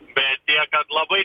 bet tiek kad labai